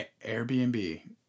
Airbnb